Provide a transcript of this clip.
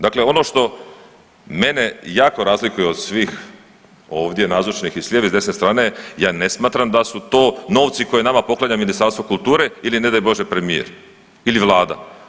Dakle, ono što mene jako razlikuje od svih ovdje nazočnih i s lijeve i desne strane ja ne smatram da su to novci koje nama poklanja Ministarstvo kulture ili ne daj Bože premijer ili vlada.